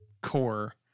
core